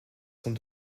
sont